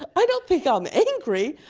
i don't think i'm angry,